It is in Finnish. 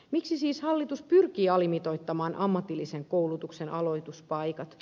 miksi siis hallitus pyrkii alimitoittamaan ammatillisen koulutuksen aloituspaikat